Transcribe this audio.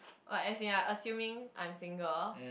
like as in you're assuming I'm single